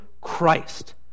Christ